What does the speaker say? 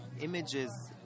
images